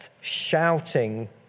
shouting